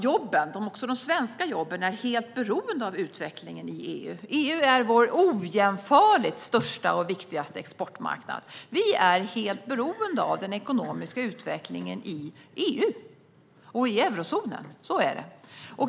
Jobben - också de svenska jobben - är helt beroende av utvecklingen i EU. EU är vår ojämförligt största och viktigaste exportmarknad. Vi är helt beroende av den ekonomiska utvecklingen i EU och eurozonen. Så är det.